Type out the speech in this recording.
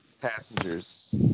Passengers